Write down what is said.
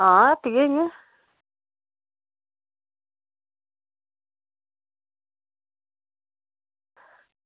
हां हट्टी गै इ'यां